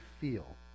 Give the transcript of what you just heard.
feel